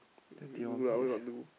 then they is